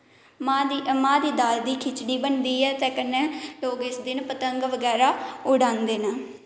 मांह् दी दाल दी खिचड़ी बनदी ऐ ते कन्नै लोग इस दिन पतंग बगैरा उडांदे न